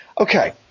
okay